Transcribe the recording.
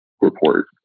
report